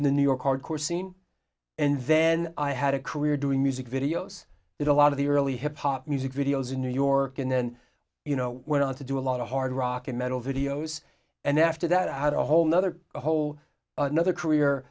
in the new york hardcore scene and then i had a career doing music videos that a lot of the early hip hop music videos in new york and then you know went on to do a lot of hard rock and metal videos and after that i had a whole nother a whole another career